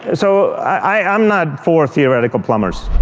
so i'm not for theoretical plumbers.